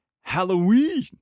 Halloween